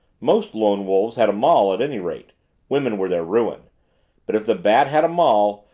most lone wolves had a moll at any rate women were their ruin but if the bat had a moll,